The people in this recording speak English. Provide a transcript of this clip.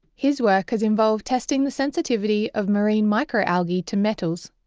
his work has involved testing the sensitivity of marine microalgae to metals,